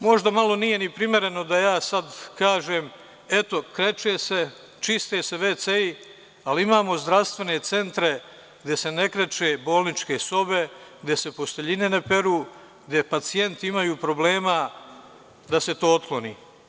Možda malo nije ni primereno da ja sad kažem – eto, kreče se, čiste se toaleti, ali imamo zdravstvene centre gde se ne kreče bolničke sobe, gde se posteljine ne peru, gde pacijenti imaju problema da se to otkloni.